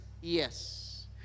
yes